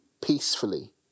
peacefully